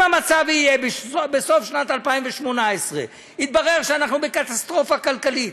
אם בסוף שנת 2018 יתברר שאנחנו בקטסטרופה כלכלית,